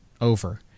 over